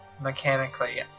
mechanically